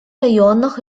районах